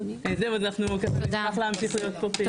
ואנחנו נשמח להמשיך להיות פה פעילים.